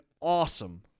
awesome